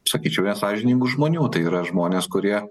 sakyčiau nesąžiningų žmonių tai yra žmonės kurie